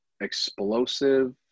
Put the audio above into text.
explosive